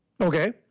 Okay